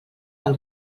del